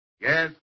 Yes